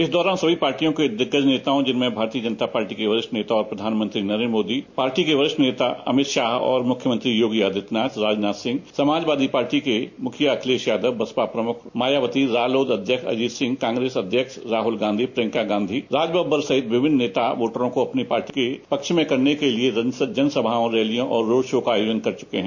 इस दौरान सभी पार्टियों के दिग्गज नेताओं जिनमें भारतीय जनता पार्टी के वरिष्ठ नेता और प्रधानमंत्री नरेन्द्र मोदी पार्टी के वरिष्ठ नेता अमित शाह और मुख्यमंत्री योगी आदित्यनाथ राजनाथ सिंह समाजवादी पार्टी के मुखिया अखिलेश यादव बसपा प्रमुख मायावती रालोद अध्यक्ष अजीत सिंह कांग्रेस अध्यक्ष राहुल गांधी प्रियंका गांधी राजबब्बर सहित विभिन्न नेता वोटरों को अपनी पार्टियों को पक्ष में करने के लिए जनसभाएं रैलियां और रोड शो का आयोजन कर चुके हैं